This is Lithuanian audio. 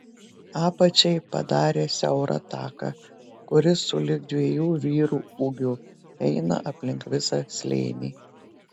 apačiai padarė siaurą taką kuris sulig dviejų vyrų ūgiu eina aplink visą slėnį